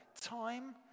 time